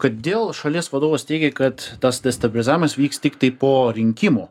kodėl šalies vadovas teigė kad tas destabilizavimas vyks tiktai po rinkimų